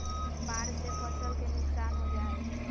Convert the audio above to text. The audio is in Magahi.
बाढ़ से फसल के नुकसान हो जा हइ